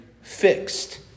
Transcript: fixed